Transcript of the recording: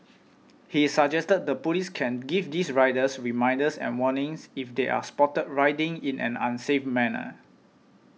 he suggested the police give these riders reminders and warnings if they are spotted riding in an unsafe manner